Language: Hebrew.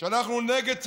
שאנחנו נגד סרבנות,